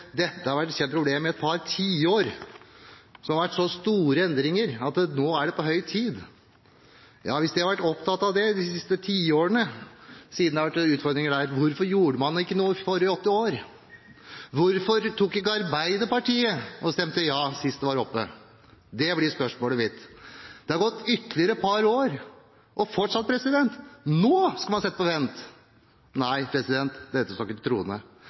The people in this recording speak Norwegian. dette har vært et kjent problem i et par tiår. Det har vært så store endringer at nå er det på høy tid. Hvis man har vært opptatt av det de siste tiårene – siden det har vært utfordringer – hvorfor gjorde man ikke noe de forrige åtte årene? Hvorfor stemte ikke Arbeiderpartiet ja sist dette var oppe? Det blir spørsmålet mitt. Det har gått ytterligere et par år, og fortsatt skal man sette det på vent. Dette står ikke til troende.